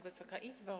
Wysoka Izbo!